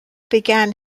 began